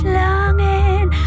longing